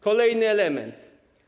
Kolejny element.